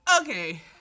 Okay